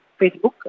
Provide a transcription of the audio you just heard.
Facebook